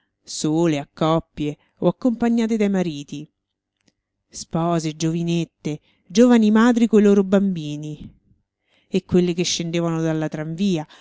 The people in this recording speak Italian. sole a coppie o accompagnate dai mariti spose giovinette giovani madri coi loro bambini e quelle che scendevano dalla tranvia